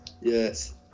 yes